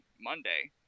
Monday